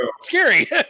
scary